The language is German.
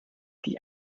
die